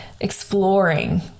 exploring